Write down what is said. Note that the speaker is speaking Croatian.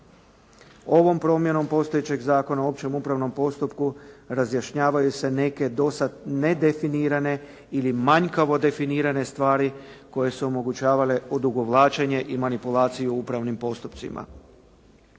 Ovom promjenom postojećeg Zakona o opće upravnom postupku, razjašnjavaju se neke do sada nedefinirane ili manjkavo definirane stvari koje su omogućavale odugovlačenje i manipulaciju upravnim postupcima.